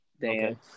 Dan